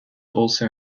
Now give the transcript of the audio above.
also